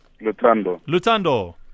Lutando